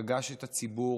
פגש את הציבור